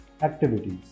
activities